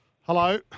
Hello